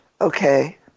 Okay